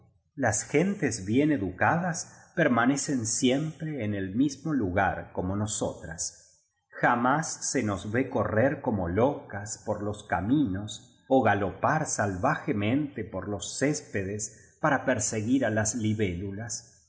las gentes bien educadas permanecen siempre en el mismo lugar como nosotras jamás se nos ve correr como locas por los caminos ó galopar salvajemente por los céspedes para perseguir á las libélulas